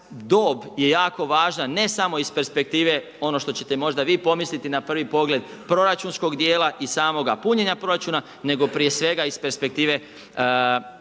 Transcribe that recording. dob je jako važna, ne samo iz perspektive ono što ćete možda vi pomisliti na prvi pogled proračunskog dijela i samoga punjenja proračuna, nego iz prije svega iz perspektive zašite